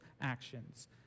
actions